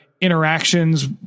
interactions